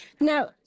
now